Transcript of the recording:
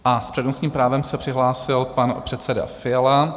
A s přednostním právem se přihlásil pan předseda Fiala.